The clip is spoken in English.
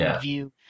view